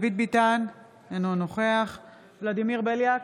דוד ביטן, אינו נוכח ולדימיר בליאק,